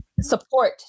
support